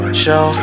show